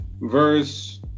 verse